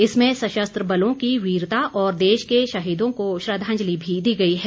इसमें सशस्त्र बलों की वीरता और देश के शहीदों को श्रद्वांजलि भी दी गई है